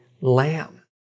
lamb